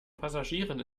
passagieren